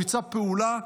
ביצע פעולה,